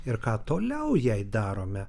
ir ką toliau jai darome